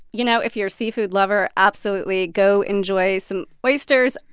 you know, if you're a seafood lover, absolutely. go enjoy some oysters.